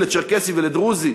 לצ'רקסי ולדרוזי,